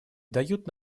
дают